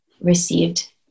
received